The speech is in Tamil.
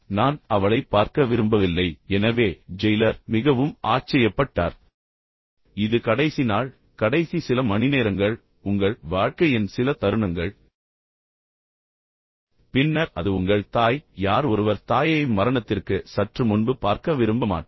நான் அவளைப் பார்க்க விரும்பவில்லை எனவே ஜெயிலர் மிகவும் ஆச்சரியப்பட்டார் இது கடைசி நாள் கடைசி சில மணிநேரங்கள் உங்கள் வாழ்க்கையின் சில தருணங்கள் பின்னர் அது உங்கள் தாய் யார் ஒருவர் தாயை மரணத்திற்கு சற்று முன்பு பார்க்க விரும்ப மாட்டார்கள்